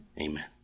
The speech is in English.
Amen